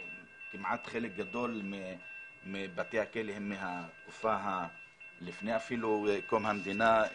חלק גדול מבתי הכלא הם אפילו מהתקופה שלפני קום המדינה.